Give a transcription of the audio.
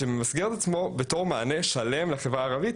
שממסגר את עצמו כמענה שלם לחברה הערבית,